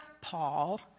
Paul